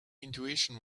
intuition